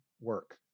work